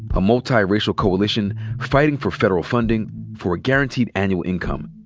a multiracial coalition fighting for federal funding for a guaranteed annual income,